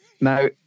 Now